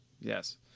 Yes